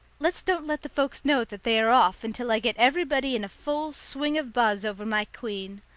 let's don't let the folks know that they are off until i get everybody in a full swing of buzz over my queen.